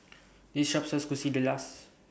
This Shop sells Quesadillas